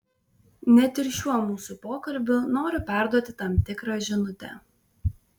net ir šiuo mūsų pokalbiu noriu perduoti tam tikrą žinutę